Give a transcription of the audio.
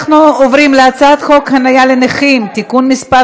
אנחנו עוברים להצעת חוק חניה לנכים (תיקון מס'